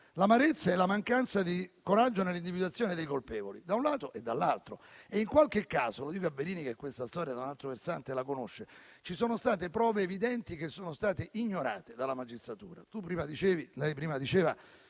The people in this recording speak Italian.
L'amarezza è per la mancanza di coraggio nell'individuazione dei colpevoli, da un lato e dall'altro. In qualche caso - lo dico al senatore Verini, che questa storia da un altro versante la conosce - ci sono state prove evidenti che sono state ignorate dalla magistratura. Lei, senatore Verini, prima parlava